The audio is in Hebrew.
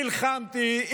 נכון.